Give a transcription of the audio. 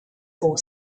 four